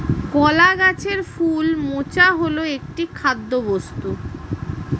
কলা গাছের ফুল মোচা হল একটি খাদ্যবস্তু